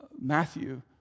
Matthew